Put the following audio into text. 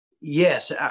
yes